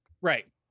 right